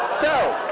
so